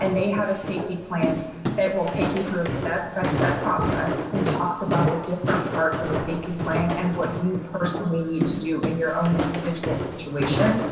and they have a safety plan that will take you through a step by step process and talks about the different parts of a safety plan and what you personally need to do in your own individual situation.